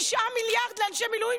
המורשת?